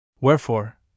Wherefore